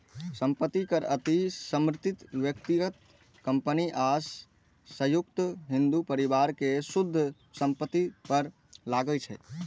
संपत्ति कर अति समृद्ध व्यक्ति, कंपनी आ संयुक्त हिंदू परिवार के शुद्ध संपत्ति पर लागै छै